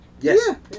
Yes